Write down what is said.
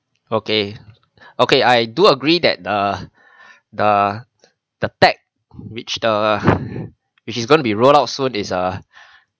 okay okay I do agree that err the the tech which the which is going to be rolled out soon is ah